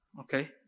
okay